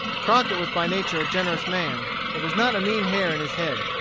crockett was by nature a generous man. there was not a mean hair in his head.